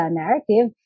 narrative